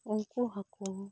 ᱩᱱᱠᱩ ᱦᱟᱹᱠᱩ